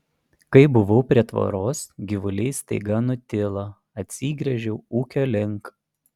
kai buvau prie tvoros gyvuliai staiga nutilo atsigręžiau ūkio link